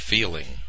Feeling